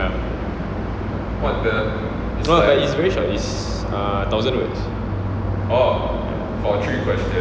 no but it's very short it's uh thousand words